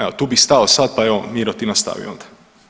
Evo tu bih stao sad, pa evo Miro ti nastavi onda.